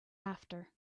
after